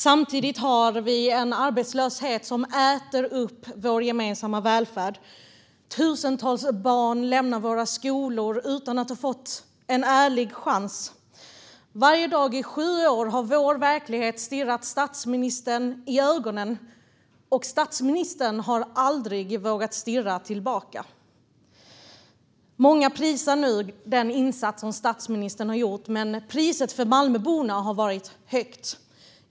Samtidigt har vi en arbetslöshet som äter upp vår gemensamma välfärd. Tusentals barn lämnar våra skolor utan att ha fått en ärlig chans. Varje dag i sju år har vår verklighet stirrat statsministern i ögonen, och statsministern har aldrig vågat stirra tillbaka. Många prisar nu den insats som statsministern har gjort, men priset för Malmöborna har varit högt.